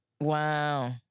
Wow